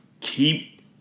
Keep